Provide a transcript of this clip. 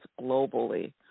globally